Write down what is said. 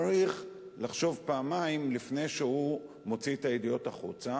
צריך לחשוב פעמיים לפני שהוא מוציא את הידיעות החוצה.